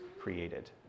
created